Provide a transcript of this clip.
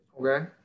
Okay